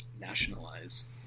nationalize